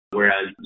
whereas